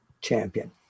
champion